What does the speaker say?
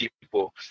people